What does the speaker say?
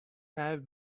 have